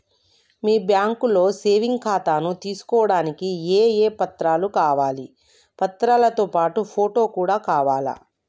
మీ బ్యాంకులో సేవింగ్ ఖాతాను తీసుకోవడానికి ఏ ఏ పత్రాలు కావాలి పత్రాలతో పాటు ఫోటో కూడా కావాలా?